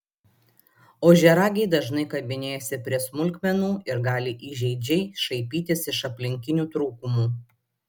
ožiaragiai dažnai kabinėjasi prie smulkmenų ir gali įžeidžiai šaipytis iš aplinkinių trūkumų